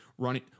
running